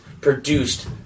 produced